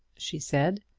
she said.